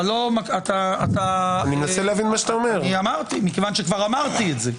כבר אמרתי את זה.